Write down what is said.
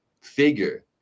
figure